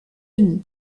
unis